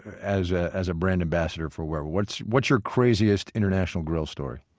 as ah as a brand ambassador for weber. what's what's your craziest international grill story?